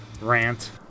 rant